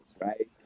right